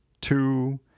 two